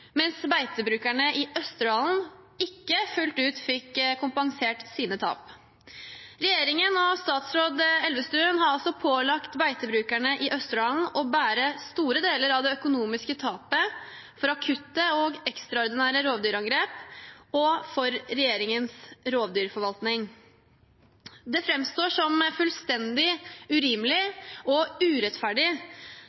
mens beitebrukerne i Østerdalen ikke fullt ut fikk kompensert sine tap. Regjeringen og statsråd Elvestuen har altså pålagt beitebrukerne i Østerdalen å bære store deler av det økonomiske tapet ved akutte og ekstraordinære rovdyrangrep og ved regjeringens rovdyrforvaltning. Det framstår som fullstendig urimelig